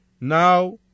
Now